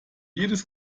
jedes